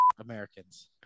Americans